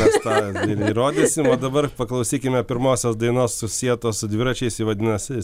mes tą ir įrodysim o dabar paklausykime pirmosios dainos susietos su dviračiais ji vadinasi